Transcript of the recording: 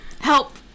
Help